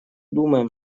думаем